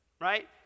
right